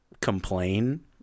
complain